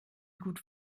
gut